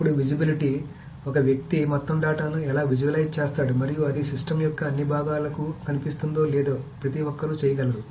అప్పుడు విజిబిలిటీ ఒక వ్యక్తి మొత్తం డేటాను ఎలా విజువలైజ్ చేస్తాడు మరియు అది సిస్టమ్ యొక్క అన్ని భాగాలకు కనిపిస్తుందో లేదో ప్రతి ఒక్కరూ చేయగలరు